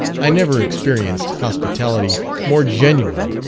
i never experienced hospitality more genuine,